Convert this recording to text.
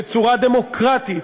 בצורה דמוקרטית,